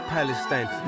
Palestine